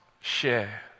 share